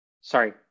Sorry